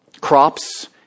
crops